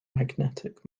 magnetic